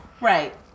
Right